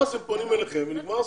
ואז הם פונים אליכם ונגמר הסיפור.